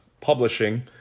publishing